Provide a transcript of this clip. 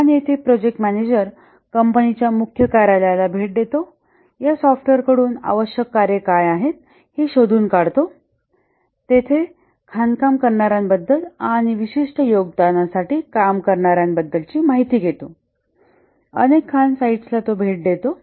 आणि येथे मॅनेजर प्रथम कंपनीच्या मुख्य कार्यालयाला भेट देतो या सॉफ्टवेअर कडून आवश्यक कार्ये काय आहेत हे शोधून काढतो तेथे खाणकाम करणार्यांबद्दल आणि विशिष्ट योगदानासाठी काम करणाऱ्या बद्दलची माहिती घेतो अनेक खाण साइट्स ला भेट देतो